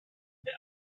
them